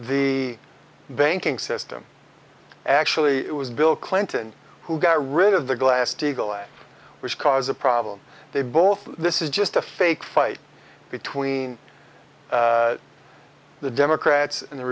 the banking system actually it was bill clinton who got rid of the glass steagall at which cause a problem they both this is just a fake fight between the democrats and